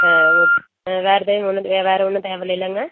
ஆ ஆ வேறு ஒன்றும் வேறு ஒன்றும் தேவை இல்லைலங்க